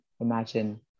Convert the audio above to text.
imagine